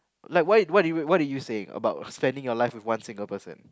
like what what do you what were you saying about spending your life with one single person